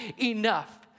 enough